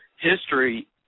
history